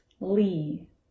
Lee